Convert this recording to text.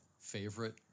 Favorite